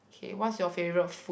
okay what's your favourite food